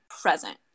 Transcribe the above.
present